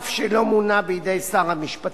אף שלא מונה בידי שר המשפטים.